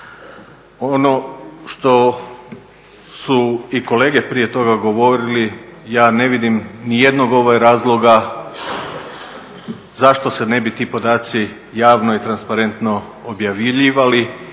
Ono što su i kolege prije toga govorili ja ne vidim nijednog razloga zašto se ne bi ti podaci javno i transparentno objavljivali